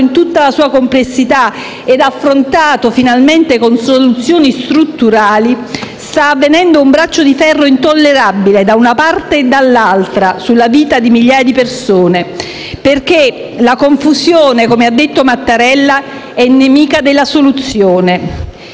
in tutta la sua complessità e affrontato finalmente con soluzioni strutturali, sta avvenendo un braccio di ferro intollerabile, da una parte e dall'altra, sulla vita di migliaia di persone, perché la confusione - come ha detto Mattarella - è nemica della soluzione.